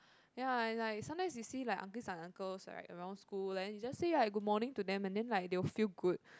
ya and like sometimes you see like aunties and uncles right around school then just say like good morning to them and then like they will feel good